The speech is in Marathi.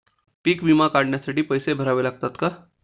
पीक विमा काढण्यासाठी पैसे भरावे लागतात का?